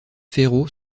ferraud